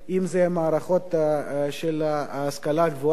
אם זה מערכות של ההשכלה הגבוהה,